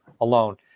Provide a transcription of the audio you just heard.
alone